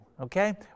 Okay